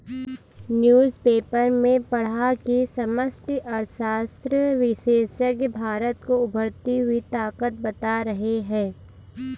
newspaper में पढ़ा की समष्टि अर्थशास्त्र विशेषज्ञ भारत को उभरती हुई ताकत बता रहे हैं